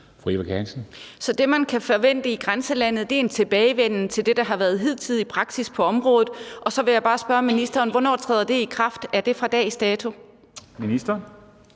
Eva Kjer Hansen (V): Så det, man kan forvente i grænselandet, er en tilbagevenden til det, der har været hidtidig praksis på området. Og så vil jeg bare spørge ministeren, hvornår det træder i kraft. Er det fra dags dato? Kl.